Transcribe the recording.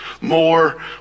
more